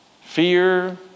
Fear